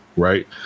Right